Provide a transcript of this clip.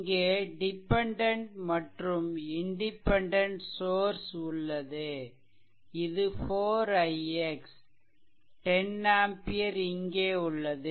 இங்கே டிபெண்டென்ட் மற்றும் independent source உள்ளது இது 4 ix 10 ஆம்பியர் இங்கே உள்ளது